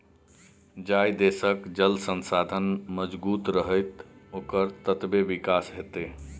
जाहि देशक जल संसाधन मजगूत रहतै ओकर ततबे विकास हेतै